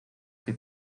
que